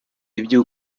ibyo